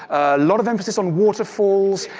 a lot of emphasis on waterfalls,